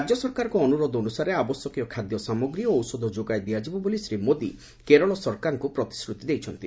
ରାଜ୍ୟ ସରକାରଙ୍କ ଅନୁରୋଧ ଅନୁସାରେ ଆବଶ୍ୟକୀୟ ଖାଦ୍ୟସାମଗ୍ରୀ ଓ ଔଷଧ ଯୋଗାଇ ଦିଆଯିବ ବୋଲି ଶ୍ରୀ ମୋଦି କେରଳ ସରକାରଙ୍କୁ ପ୍ରତିଶ୍ରତି ଦେଇଛନ୍ତି